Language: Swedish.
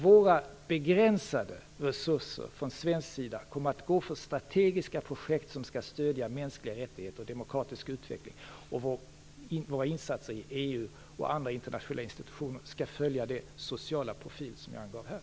Våra begränsade resurser från svensk sida kommer att gå till strategiska projekt som skall stödja mänskliga rättigheter och demokratisk utveckling, och våra insatser i EU och andra internationella institutioner skall ha den sociala profil som jag angav här.